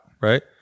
Right